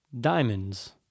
Diamonds